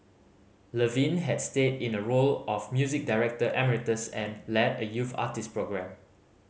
Levine had stayed in a role of music director emeritus and led a youth artist program